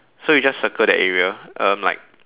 so you just circle that area um like